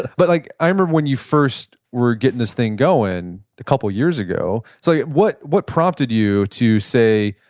but like i remember when you first were getting this thing going a couple years ago. so yeah what what prompted you to say,